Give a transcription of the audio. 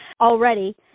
already